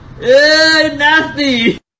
nasty